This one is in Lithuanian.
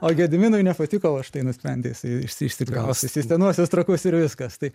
o gediminui nepatiko va štai nusprendė jisai išsi išsikraustyti į senuosius trakus ir viskas tai